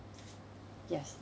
yes